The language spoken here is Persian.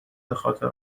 بخاطر